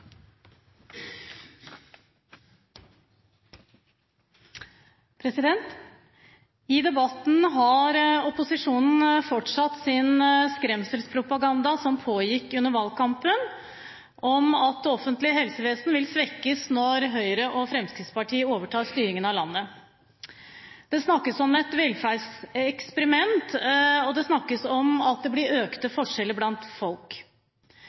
I debatten har opposisjonen fortsatt sin skremselspropaganda som pågikk under valgkampen om at det offentlige helsevesen vil svekkes når Høyre og Fremskrittspartiet overtar styringen av landet. Det snakkes om et velferdseksperiment, og det snakkes om at det blir økte forskjeller blant folk.